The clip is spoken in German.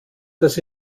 das